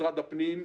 משרד הפנים,